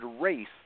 race